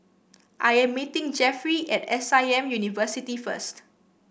I am meeting Jefferey at S I M University first